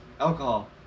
alcohol